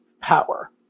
power